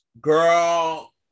Girl